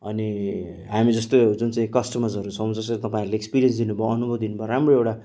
अनि हामी जस्तो जुन चाहिँ कस्टमर्सहरू छौँ जस्तो तपाईँहरूले एक्सपेरियन्स दिनुभयो अनुभव दिनुभयो राम्रो एउटा